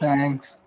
Thanks